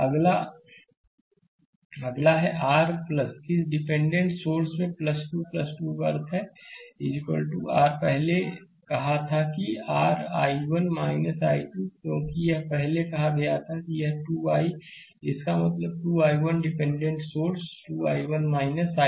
अगला अगला है r इस डिपेंडेंट सोर्स 2 2 का अर्थ है कि r पहले कहा था कि r I1 I2 क्योंकि यह पहले कहा गया है और यह 2 i है इसका मतलब है 2 I1 dependent source 2 I1 I2